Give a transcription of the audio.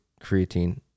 creatine